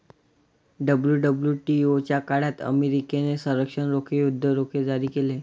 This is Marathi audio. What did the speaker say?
डब्ल्यू.डब्ल्यू.टी.ओ च्या काळात अमेरिकेने संरक्षण रोखे, युद्ध रोखे जारी केले